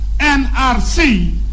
NRC